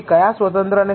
1 અથવા 2